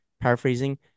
paraphrasing